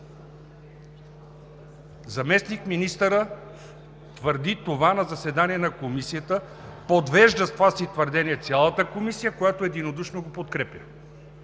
Заместник-министърът твърди това на заседание на Комисията, подвежда с това си твърдение цялата Комисия, която единодушно го подкрепя.